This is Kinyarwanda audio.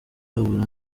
habura